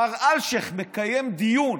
מר אלשיך מקיים דיון